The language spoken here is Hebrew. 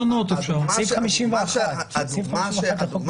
--- סעיף 51 לחוק בתי המשפט.